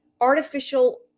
artificial